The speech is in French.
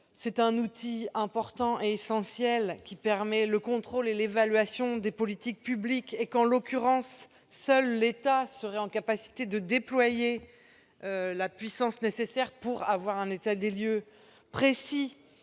c'est un outil important et essentiel qui permet le contrôle et l'évaluation des politiques publiques. En l'occurrence, seul l'État est en mesure de déployer la puissance nécessaire pour réaliser un état des lieux précis